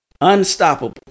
unstoppable